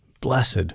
blessed